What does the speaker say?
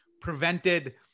prevented